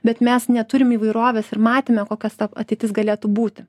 bet mes neturim įvairovės ir matyme kokias ta ateitis galėtų būti